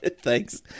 thanks